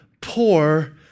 poor